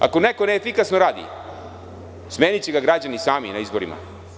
Ako neko neefikasno radi, smeniće ga građani sami na izborima.